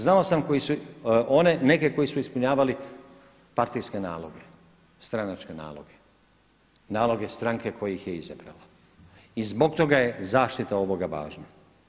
Znao sam one neke koji su ispunjavali partijske naloge, stranačke naloge, naloge stranke koja ih je izabrala i zbog toga je zaštita ovoga važna.